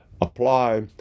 apply